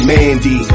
Mandy